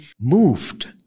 moved